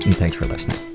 and thanks for listening